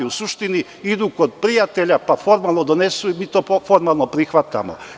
U suštini, idu kod prijatelja, pa formalno donesu i mi to formalno prihvatamo.